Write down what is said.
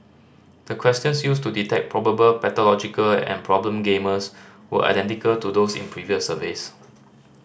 the questions used to detect probable pathological and problem gamblers were identical to those in previous surveys